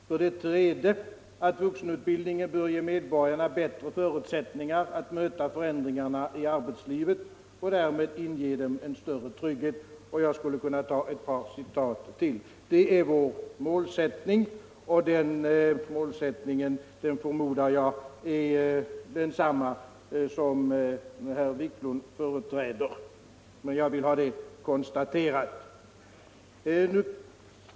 För det tredje: ”Vuxenutbildningen bör ge medborgarna bättre förutsättningar att möta förändringarna i arbetslivet och därmed inge dem en större trygghet.” Jag skulle kunna ta ett par citat till, men jag avstår från det. Detta är vår målsättning, och den målsättningen förmodar jag är densamma som den herr Wiklund företräder. Jag vill bara ha detta konstaterat.